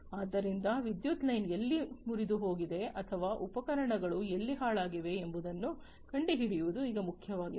ಆದ್ದರಿಂದ ವಿದ್ಯುತ್ ಲೈನ್ ಎಲ್ಲಿ ಮುರಿದುಹೋಗಿದೆ ಅಥವಾ ಉಪಕರಣಗಳು ಎಲ್ಲಿ ಹಾಳಾಗಿವೆ ಎಂಬುದನ್ನು ಕಂಡುಹಿಡಿಯುವುದು ಈಗ ಮುಖ್ಯವಾಗಿದೆ